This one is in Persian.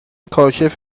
کاشف